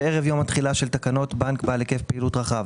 שערב יום התחילה של תקנות בנק בעל היקף פעילות רחב